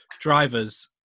drivers